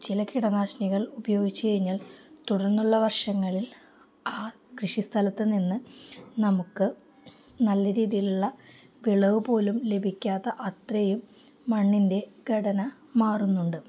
ചില കിടനാശിനികൾ ഉപയോഗിച്ചുകഴിഞ്ഞാൽ തുടര്ന്നുള്ള വർഷങ്ങളിൽ ആ കൃഷിസ്ഥലത്ത് നിന്ന് നമുക്ക് നല്ല രീതിയിലുള്ള വിളവ് പോലും ലഭിക്കാത്ത അത്രയും മണ്ണിൻ്റെ ഘടന മാറുന്നുണ്ട്